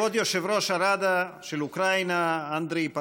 כבוד יושב-ראש הראדה של אוקראינה אנדריי פארובי,